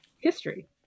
history